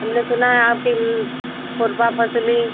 हमने सुना है आपकी खुरपी फसली